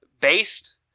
Based